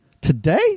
today